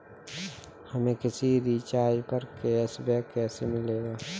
हमें किसी रिचार्ज पर कैशबैक कैसे मिलेगा?